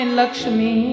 lakshmi